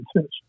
fish